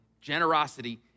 Generosity